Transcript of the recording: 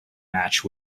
match